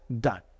done